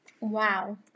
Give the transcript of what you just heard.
Wow